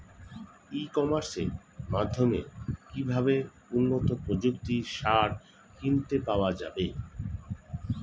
ই কমার্সের মাধ্যমে কিভাবে উন্নত প্রযুক্তির সার কিনতে পাওয়া যাবে?